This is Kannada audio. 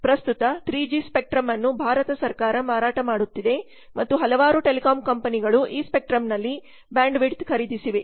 ಪ್ರಸ್ತುತ 3 ಜಿ ಸ್ಪೆಕ್ಟ್ರಮ್ ಅನ್ನು ಭಾರತ ಸರ್ಕಾರ ಮಾರಾಟ ಮಾಡುತ್ತಿದೆ ಮತ್ತು ಹಲವಾರು ಟೆಲಿಕಾಂ ಕಂಪನಿಗಳು ಈ ಸ್ಪೆಕ್ಟ್ರಮ್ನಲ್ಲಿ ಬ್ಯಾಂಡ್ವಿಡ್ತ್ ಖರೀದಿಸಿವೆ